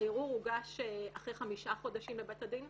והערעור הוגש אחרי חמישה חודשים לבית הדין.